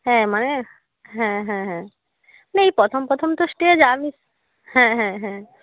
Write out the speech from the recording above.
হ্যাঁ মানে হ্যাঁ হ্যাঁ হ্যাঁ না এই প্রথম প্রথম তো স্টেজ আর হ্যাঁ হ্যাঁ হ্যাঁ